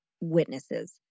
witnesses